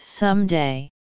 someday